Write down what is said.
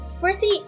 Firstly